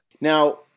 Now